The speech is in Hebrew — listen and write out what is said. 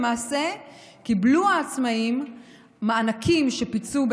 קיבלו העצמאים מענקים שפיצו,